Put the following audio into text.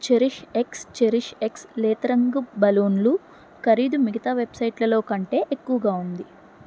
cherish X Cherish X లేతరంగు బలూన్లు ఖరీదు మిగతా వెబ్సైట్లలో కంటే ఎక్కువగా ఉంది